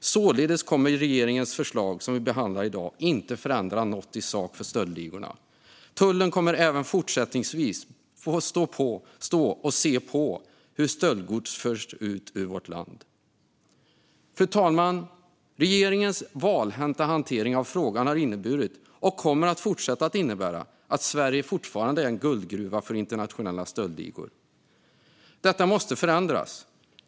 Således kommer regeringens förslag som vi behandlar i dag inte att förändra något i sak för stöldligorna. Tullen kommer även fortsättningsvis att få stå och se på hur stöldgods förs ut ur vårt land. Fru talman! Regeringens valhänta hantering av frågan har inneburit, och kommer att fortsätta att innebära, att Sverige fortfarande är en guldgruva för internationella stöldligor. Detta måste förändras.